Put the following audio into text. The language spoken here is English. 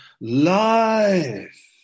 life